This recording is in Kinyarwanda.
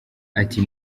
ati